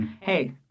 Hey